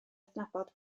adnabod